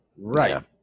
Right